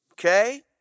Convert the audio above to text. okay